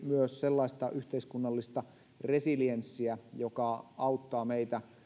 myös sellaista yhteiskunnallista resilienssiä joka auttaa meitä